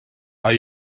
are